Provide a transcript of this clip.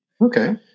Okay